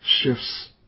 shifts